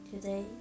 today